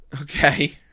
Okay